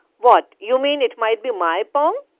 what? you mean it might be my pong.